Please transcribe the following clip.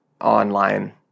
online